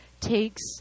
takes